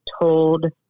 told